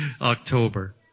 October